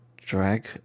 drag